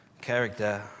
character